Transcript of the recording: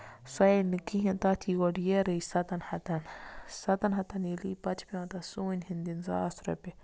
سۄ یہِ نہٕ کِہیٖنۍ تَتھ یہِ گۄڈٕ ییرٕے سَتَن ہَتَن سَتَن ہَتَن ییٚلہِ یہِ پَتہٕ چھِ پیوان تَتھ سون ہٮ۪وٚن دیُن ساس رۄپیہِ